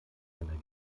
energie